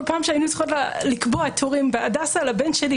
כל פעם שהיינו צריכות לקבוע תורים בהדסה לבן שלי,